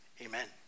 amen